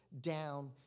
down